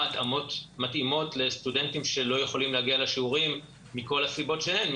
התאמות מתאימות לסטודנטים שלא יכולים להגיע לשיעורים מכל הסיבות שהן,